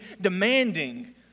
demanding